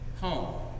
home